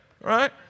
right